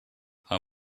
her